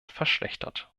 verschlechtert